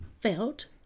felt